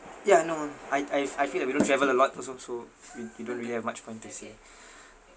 yeah no I I f~ I feel like we don't travel a lot also so we we don't really have much point to say